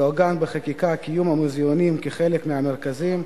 יעוגן בחקיקה קיום המוזיאונים כחלק מהמרכזים.